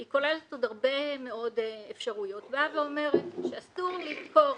היא כוללת עוד הרבה מאוד אפשרויות אומרת שאסור למכור